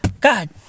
God